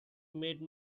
made